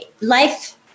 life